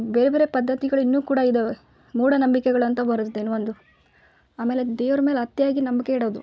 ಬೇರೆ ಬೇರೆ ಪದ್ಧತಿಗಳು ಇನ್ನೂ ಕೂಡ ಇದಾವೆ ಮೂಢ ನಂಬಿಕೆಗಳಂತ ಬರತ್ತೆ ಇನ್ನ ಒಂದು ಆಮೇಲೆ ದೇವ್ರ ಮೇಲೆ ಅತಿಯಾಗಿ ನಂಬಿಕೆ ಇಡೋದು